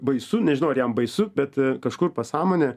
baisu nežinau ar jam baisu bet kažkur pasąmonėje